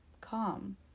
calm